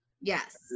Yes